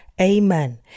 Amen